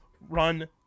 run